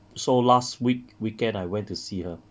so last week weekend I went to see her